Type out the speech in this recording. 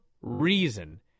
reason